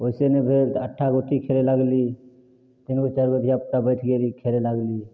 ओइसँ नहि भेलय तऽ अट्ठागोटी खेले लगली तीन चारि धियापुता बैठि गेली खेले लागली